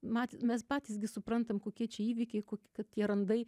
mat mes patys gi suprantam kokie čia įvykiai kokie tie randai